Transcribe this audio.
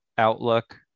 Outlook